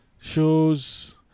shows